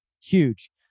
huge